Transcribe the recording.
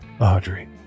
Audrey